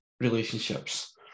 relationships